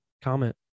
comment